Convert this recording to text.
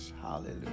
hallelujah